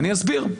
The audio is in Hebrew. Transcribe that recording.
אני אסביר.